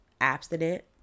abstinent